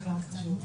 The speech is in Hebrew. חבר הכנסת סעדי,